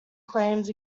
claims